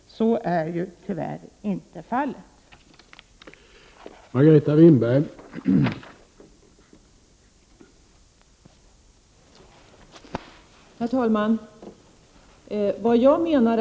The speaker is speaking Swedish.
De här människorna har tyvärr inte tillgång till något sådant vägnät.